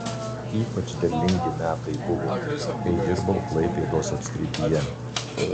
ypač derlingi metai buvo kai dirbau klaipėdos apskrityje